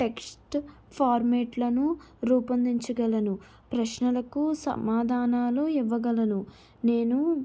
text ఫార్మేట్లను రూపొందించగలను ప్రశ్నలకు సమాధానాలు ఇవ్వగలను నేను